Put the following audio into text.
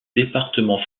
département